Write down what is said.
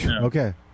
Okay